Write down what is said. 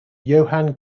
johann